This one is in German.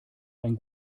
ein